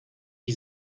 die